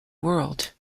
world